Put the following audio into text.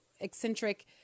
eccentric